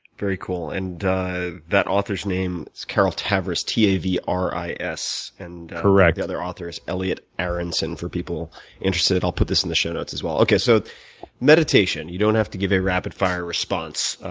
very cool. and that author's name is carol tavris, t a v r i s. and correct. and the other author is elliot aronson for people interested. i'll put this in the show notes as well. okay, so meditation, you don't have to give a rapid fire response.